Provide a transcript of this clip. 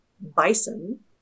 Bison